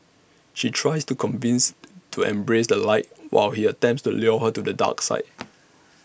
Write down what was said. she tries to convince to embrace the light while he attempts to lure her to the dark side